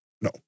No